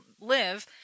live